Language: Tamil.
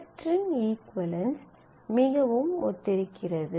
அவற்றின் இகுவளென்ஸ் மிகவும் ஒத்திருக்கிறது